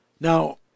Now